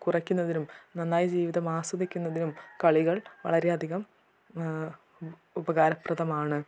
കുറയ്ക്കുന്നതിനും നന്നായി ജീവിതം ആസ്വദിക്കുന്നതിനും കളികൾ വളരെ അധികം ഉപകാരപ്രദമാണ്